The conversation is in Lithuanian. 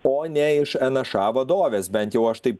o ne iš en a ša vadovės bent jau aš taip